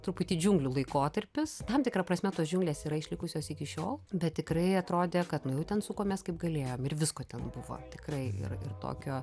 truputį džiunglių laikotarpis tam tikra prasme tos džiunglės yra išlikusios iki šiol bet tikrai atrodė kad nu jau ten sukomės kaip galėjom ir visko ten buvo tikrai ir ir tokio